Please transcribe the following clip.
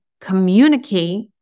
communicate